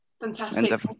Fantastic